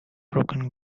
broken